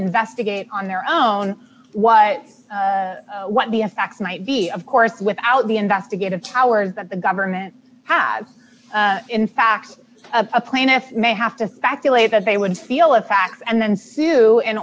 investigate on their own what what the effect might be of course without the investigative powers that the government has in fact a plaintiff may have to speculate that they would feel a fax and then sue in